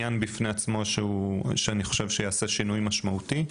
זה עניין בפני עצמו שאני חושב שיעשה שינוי משמעותי,